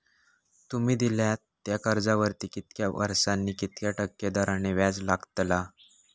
तुमि दिल्यात त्या कर्जावरती कितक्या वर्सानी कितक्या टक्के दराने व्याज लागतला?